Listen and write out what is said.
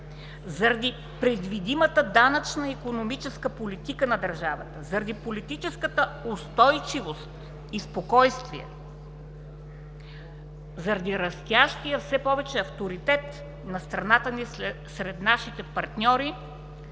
заради предвидимата данъчна икономическа политика на държавата, заради политическата устойчивост и спокойствие, заради растящия все повече авторитет на страната ни сред нашите партньори